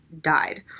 died